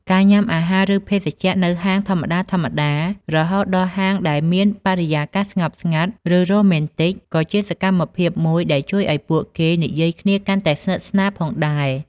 ការ ញ៉ាំអាហារ ឬភេសជ្ជៈ នៅហាងធម្មតាៗ រហូតដល់ហាងដែលមានបរិយាកាសស្ងប់ស្ងាត់ ឬរ៉ូមែនទិក ក៏ជាសកម្មភាពមួយដែលជួយឱ្យពួកគេនិយាយគ្នាកាន់តែស្និទ្ធស្នាលដែរ។